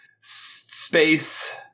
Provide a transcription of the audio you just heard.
space